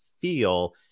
feel